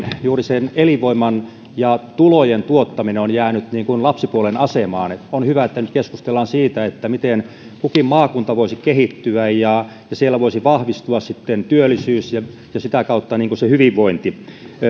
juuri elinvoiman ja tulojen tuottaminen on jäänyt lapsipuolen asemaan on hyvä että nyt keskustellaan siitä miten kukin maakunta voisi kehittyä ja siellä voisi vahvistua työllisyys ja sitä kautta hyvinvointi